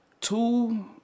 two